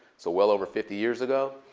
so well over fifty years ago.